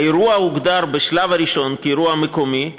האירוע הוגדר בשלב הראשון כאירוע מקומי,